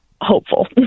hopeful